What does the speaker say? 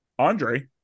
Andre